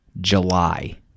july